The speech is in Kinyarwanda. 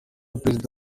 perezida